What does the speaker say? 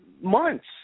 months